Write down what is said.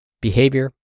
behavior